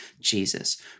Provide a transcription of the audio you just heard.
Jesus